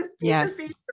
Yes